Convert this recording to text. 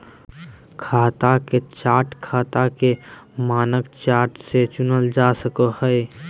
खाता के चार्ट खाता के मानक चार्ट से चुनल जा सको हय